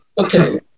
Okay